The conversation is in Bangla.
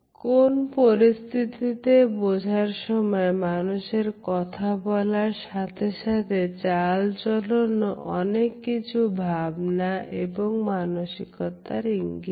কোন পরিস্থিতিতে বোঝার সময় মানুষের কথা বলার সাথে সাথে চালচলনও অনেক কিছু ভাবনা এবং মানসিকতার ইঙ্গিত করে